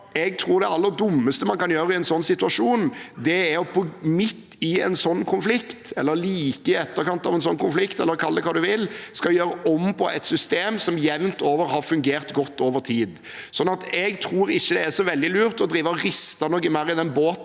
jeg tror det aller dummeste man kan gjøre i en sånn situasjon – midt i en sånn konflikt, eller like i etterkant av en sånn konflikt, eller kall det hva du vil – er å skulle gjøre om på et system som jevnt over har fungert godt over tid. Jeg tror ikke det er så veldig lurt å riste noe mer